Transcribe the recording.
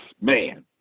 man